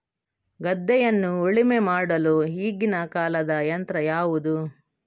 ಗದ್ದೆಯನ್ನು ಉಳುಮೆ ಮಾಡಲು ಈಗಿನ ಕಾಲದ ಯಂತ್ರ ಯಾವುದು?